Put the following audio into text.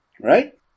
right